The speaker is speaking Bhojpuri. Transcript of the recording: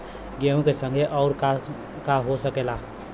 गेहूँ के संगे अउर का का हो सकेला?